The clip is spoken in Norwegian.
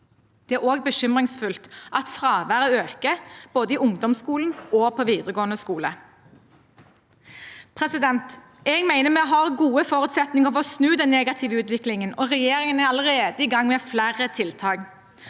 Det er også bekymringsfullt at fraværet øker, både i ungdomsskolen og på videregående skole. Jeg mener vi har gode forutsetninger for å snu den negative utviklingen, og regjeringen er allerede i gang med flere tiltak.